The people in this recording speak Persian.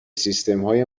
سیستمهای